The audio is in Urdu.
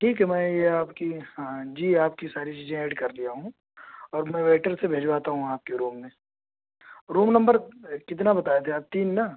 ٹھیک میں یہ آپ کی ہاں جی آپ کی ساری چیزیں ایڈ کر لیا ہوں اور میں ویٹر سے بھجواتا ہوں آپ کے روم میں روم نمبر کتنا بتائے تھے آپ تین نہ